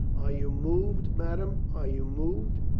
are you moved, madame are you moved?